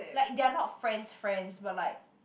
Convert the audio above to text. like they are not friends friends but like